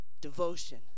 Devotion